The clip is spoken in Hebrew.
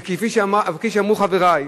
וכפי שאמרו חברי,